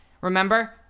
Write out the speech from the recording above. Remember